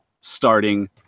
Starting